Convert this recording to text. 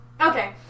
Okay